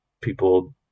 people